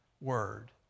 word